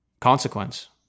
consequence